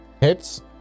Hits